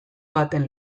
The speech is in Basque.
baten